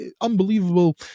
unbelievable